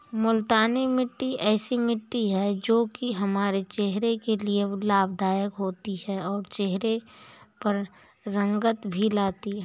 मूलतानी मिट्टी ऐसी मिट्टी है जो की हमारे चेहरे के लिए लाभदायक होती है और चहरे पर रंगत भी लाती है